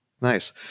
Nice